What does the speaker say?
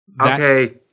Okay